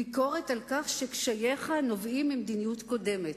ביקורת על כך שקשייך נובעים ממדיניות קודמת.